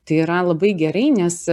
tai yra labai gerai nes